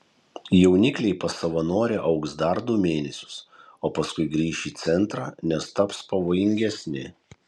jaunikliai pas savanorę augs dar du mėnesius o paskui grįš į centrą nes taps pavojingesni